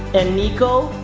and niko,